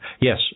Yes